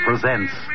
presents